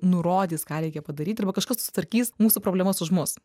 nurodys ką reikia padaryti arba kažkas sutvarkys mūsų problemas už mus